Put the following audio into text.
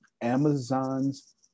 Amazon's